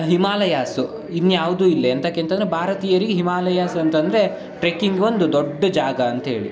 Himalayas ಇನ್ಯಾವುದೂ ಇಲ್ಲ ಎಂತಕ್ಕೆ ಅಂತಂದರೆ ಭಾರತೀಯರಿಗೆ ಹಿಮಾಲಯಾಸ್ ಅಂತಂದರೆ ಟ್ರೆಕ್ಕಿಂಗ್ ಒಂದು ದೊಡ್ಡ ಜಾಗ ಅಂತೇಳಿ